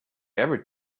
ever